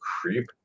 creep